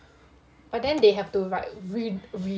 orh then they have to like re~